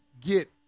get